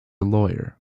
lawyer